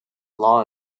law